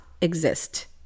exist